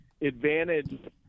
advantage